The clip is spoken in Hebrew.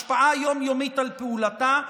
השפעה יום-יומית על פעולתה,